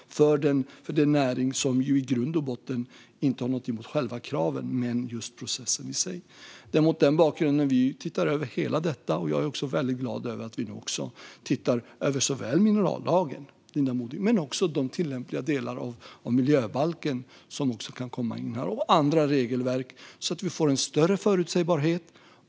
Näringen har i grund och botten ingenting emot själva kraven utan just processen i sig. Det är mot den bakgrunden vi tittar över allt detta. Jag är också väldigt glad över att vi nu tittar över såväl minerallagen, Linda Modig, som de tillämpliga delar av miljöbalken som kan komma in här och också andra regelverk. Det gör att vi får en större förutsägbarhet.